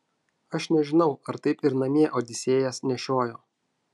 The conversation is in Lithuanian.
aš nežinau ar taip ir namie odisėjas nešiojo